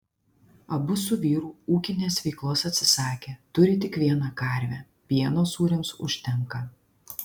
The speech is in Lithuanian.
abu su vyru ūkinės veiklos atsisakė turi tik vieną karvę pieno sūriams užtenka